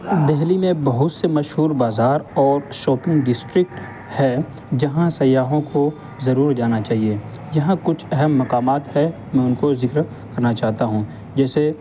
دہلی میں بہت سے مشہور بازار اور شاپنگ ڈسٹرک ہے جہاں سیاحوں کو ضرور جانا چاہیے یہاں کچھ اہم مقامات ہے میں ان کو ذکر کرنا چاہتا ہوں جیسے